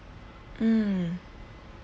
mm